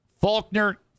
Faulkner